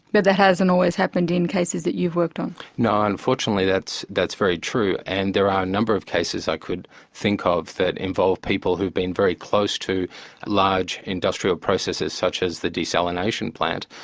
that that hasn't always happened in cases that you're worked on. no, unfortunately that's that's very true, and there are a number of cases i could think of that involve people who've been very close to large industrial processes such as the desalination plant,